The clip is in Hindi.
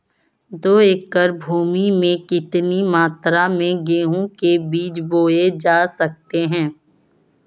दो एकड़ भूमि में कितनी मात्रा में गेहूँ के बीज बोये जा सकते हैं?